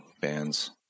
bands